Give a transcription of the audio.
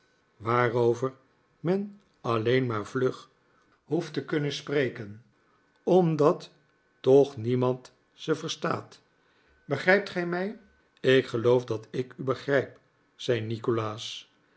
waarover men alleen maar vlug hoeft te kunnen spreken omdat toch niemand ze verstaat begrijpt gij mij ik geloof dat ik u begrijp zei nikolaas